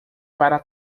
para